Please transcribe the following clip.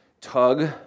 tug